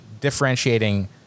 differentiating